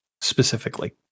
specifically